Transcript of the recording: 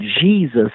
Jesus